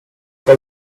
pas